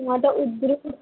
अं ता उद्धर